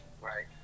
Right